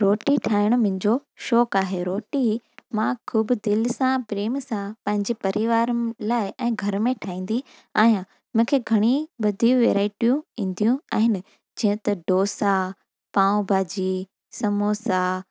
रोटी ठाहिण मुंहिंजो शौक़ु आहे रोटी मां ख़ूबु दिल सां प्रेम सां पंहिंजे परिवार लाइ ऐं घर में ठाहींदी आहियां मूंखे घणी बधियूं वैरायटियूं ईंदियूं आहिनि जीअं त ढोसा पाव भाॼी समोसा